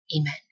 Amen